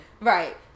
Right